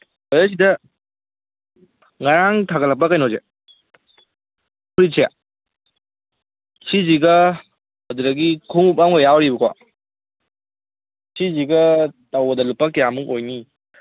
brother ꯁꯤꯗ ꯉꯔꯥꯡ ꯊꯥꯒꯠꯂꯛꯄ ꯀꯩꯅꯣꯁꯦ ꯐꯨꯔꯤꯠꯁꯦ ꯁꯤꯒꯤꯒ ꯑꯗꯨꯗꯒꯤ ꯈꯣꯡꯎꯞ ꯑꯃꯒ ꯌꯥꯎꯔꯤꯕꯀꯣ ꯁꯤꯁꯤꯒ ꯇꯧꯕꯗ ꯂꯨꯄꯥ ꯀꯌꯥꯃꯨꯛ ꯑꯣꯏꯅꯤ